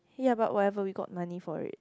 ya but whatever we got money for it